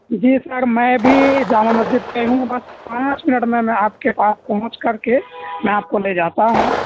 جی sir میں بھی جامع مسجد پہ ہوں بس پانچ منٹ میں میں آپ کے پاس پہنچ کر کے میں آپ کو لے جاتا ہوں